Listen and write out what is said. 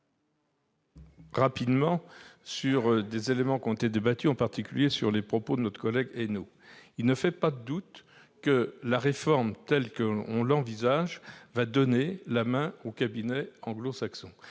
rapidement sur des points qui ont été débattus, notamment sur les propos de notre collègue Henno. Cela ne fait pas de doute, la réforme telle qu'on l'envisage donnera la main aux cabinets anglo-saxons.